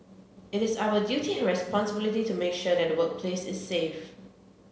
it is our duty and responsibility to make sure that the workplace is safe